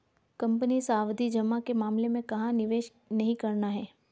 Company सावधि जमा के मामले में कहाँ निवेश नहीं करना है?